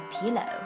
pillow